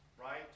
right